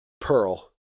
Pearl